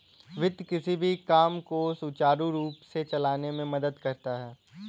वित्त किसी भी काम को सुचारू रूप से चलाने में मदद करता है